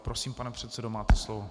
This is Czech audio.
Prosím, pane předsedo, máte slovo.